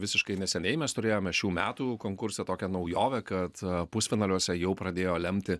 visiškai neseniai mes turėjome šių metų konkurse tokią naujovę kad pusfinaliuose jau pradėjo lemti